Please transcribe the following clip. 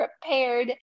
prepared